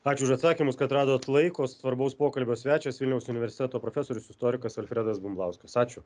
ačiū už atsakymus kad radot laiko svarbaus pokalbio svečias vilniaus universiteto profesorius istorikas alfredas bumblauskas ačiū